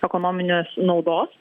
ekonominės naudos